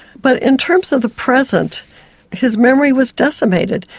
but in terms of the present his memory was decimated,